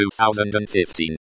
2015